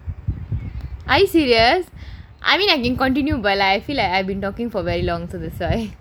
are you serious I mean I can continue but I feel like I have been talking for very long so